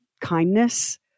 kindness